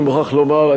אני מוכרח לומר,